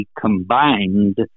combined